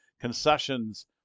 concessions